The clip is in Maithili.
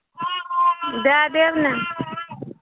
दए देब ने